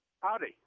Howdy